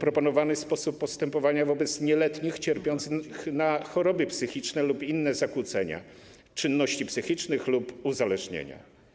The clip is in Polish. proponowany sposób postępowania wobec nieletnich cierpiących na choroby psychiczne lub inne zakłócenia czynności psychicznych lub cierpiących z powodu uzależnienia.